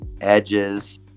Edges